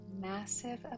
massive